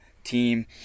team